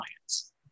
clients